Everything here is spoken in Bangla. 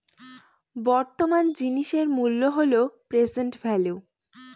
বর্তমান জিনিসের মূল্য হল প্রেসেন্ট ভেল্যু